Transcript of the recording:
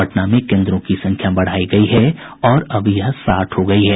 पटना में केन्द्रों की संख्या बढ़ाई गयी है और अब यह साठ हो गयी है